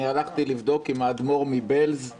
הלכתי לבדוק האם האדמו"ר מבעלזא